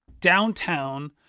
downtown